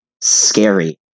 scary